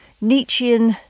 Nietzschean